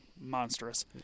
monstrous